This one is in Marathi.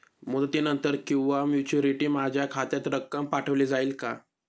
मुदतीनंतर किंवा मॅच्युरिटी माझ्या खात्यात रक्कम पाठवली जाईल का?